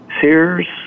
Sears